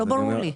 לא ברור לי.